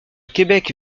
québec